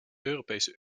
europese